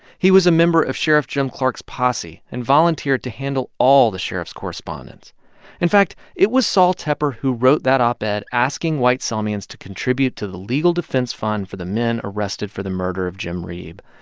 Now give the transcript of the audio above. he was a member of sheriff jim clark's posse and volunteered to handle all the sheriff's correspondence in fact, it was sol tepper who wrote that op-ed asking white selmians to contribute to the legal defense fund for the men arrested for the murder of jim reeb,